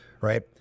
right